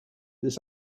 this